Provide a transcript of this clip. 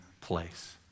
place